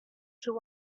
two